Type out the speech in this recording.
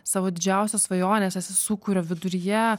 savo didžiausios svajonės esi sūkurio viduryje